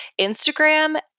Instagram